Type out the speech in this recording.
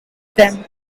them